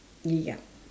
ya